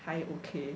还 okay